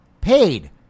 paid